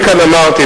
אני כאן אמרתי,